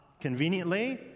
conveniently